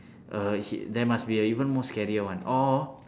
uh he there must be a even more scarier one or